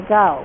go